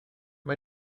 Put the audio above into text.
mae